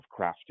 crafting